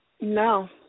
No